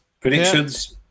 predictions